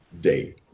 date